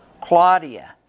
Claudia